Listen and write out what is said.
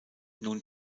nun